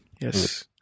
Yes